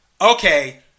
okay